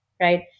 right